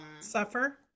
suffer